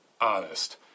honest